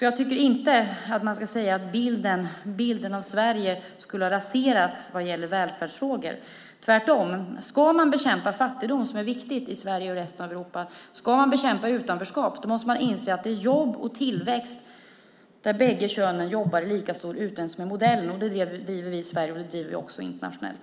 Jag tycker alltså inte att man ska säga att bilden av Sverige har raserats när det gäller välfärdsfrågorna. Tvärtom - ska man bekämpa fattigdom och utanförskap, vilket är viktigt i Sverige och resten av Europa, måste man inse att det är jobb och tillväxt och att bägge könen jobbar i lika stor utsträckning som är modellen. Detta driver vi i Sverige och också internationellt.